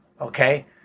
okay